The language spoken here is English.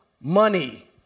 money